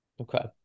Okay